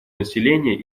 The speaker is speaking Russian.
населения